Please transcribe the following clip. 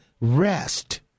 rest